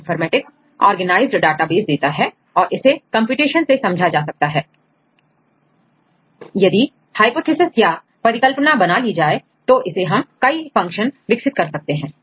bioinformatic organised database देता है और इसे कंप्यूटेशन से समझाया जा सकता ह यदि हाइपोथेसिस या परिकल्पना बना ली जाए तो उससे हम कई फंक्शन विकसित कर सकते हैं